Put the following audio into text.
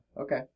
okay